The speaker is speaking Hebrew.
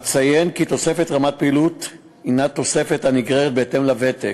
אציין כי תוספת רמת פעילות הנה תוספת הנגררת לפי הוותק,